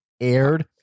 aired